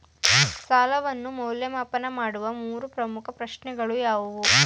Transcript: ಸಾಲವನ್ನು ಮೌಲ್ಯಮಾಪನ ಮಾಡುವ ಮೂರು ಪ್ರಮುಖ ಪ್ರಶ್ನೆಗಳು ಯಾವುವು?